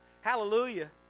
Hallelujah